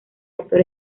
actor